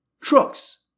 Trucks